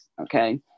okay